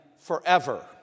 forever